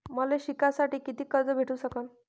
मले शिकासाठी कितीक कर्ज भेटू सकन?